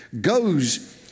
goes